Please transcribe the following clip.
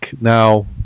Now